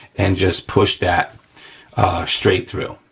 and just push that straight through,